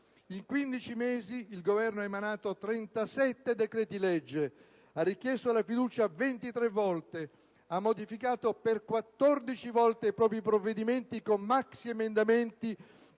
In 15 mesi il Governo ha emanato 37 decreti-legge, ha richiesto la fiducia 23 volte, ha modificato per 14 volte propri provvedimenti con maxiemendamenti